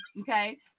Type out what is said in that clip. Okay